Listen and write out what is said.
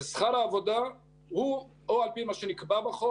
ושכר העבודה הוא או על פי מה שנקבע בחוק